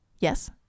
yes